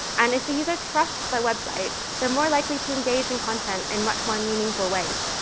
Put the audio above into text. and if the user trusts the website, they're more likely to engage in content in much more meaningful ways.